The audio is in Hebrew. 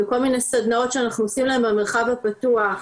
וכל מיני סדנאות שאנחנו עושים להם במרחב הפתוח.